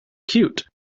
cute